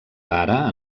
vara